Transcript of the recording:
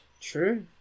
true